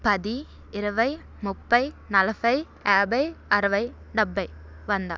పది ఇరవై ముప్పై నలభై యాభై అరవై డెబ్భై వంద